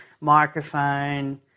microphone